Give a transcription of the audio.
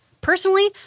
Personally